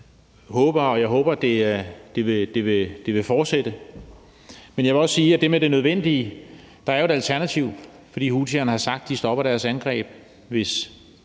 tab. Og jeg håber, det vil fortsætte. Men jeg vil også sige til det med det nødvendige: Der er jo et alternativ, for houthierne har sagt, at de stopper deres angreb, hvis